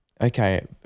Okay